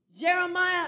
Jeremiah